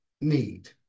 need